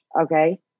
okay